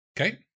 Okay